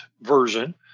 version